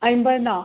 അമ്പത് എണ്ണമോ